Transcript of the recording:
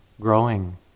growing